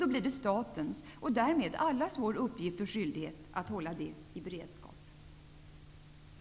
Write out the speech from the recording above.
Då blir det statens och därmed allas vår uppgift och skyldighet att hålla det i beredskap. Herr talman!